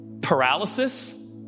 paralysis